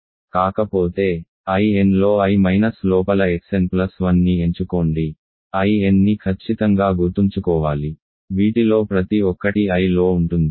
కాకపోతే Inలో I minus లోపల xn1 ని ఎంచుకోండి In ని ఖచ్చితంగా గుర్తుంచుకోవాలి వీటిలో ప్రతి ఒక్కటి Iలో ఉంటుంది